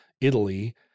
Italy